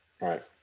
Right